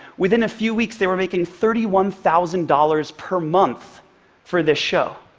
within a few weeks, they were making thirty one thousand dollars per month for this show.